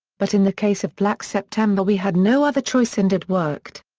but in the case of black september we had no other choice and it worked.